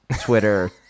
Twitter